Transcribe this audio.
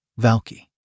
Valky